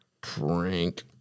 Prank